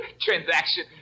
Transaction